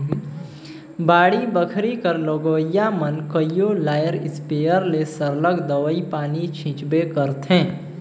बाड़ी बखरी कर लगोइया मन कइयो धाएर इस्पेयर ले सरलग दवई पानी छींचबे करथंे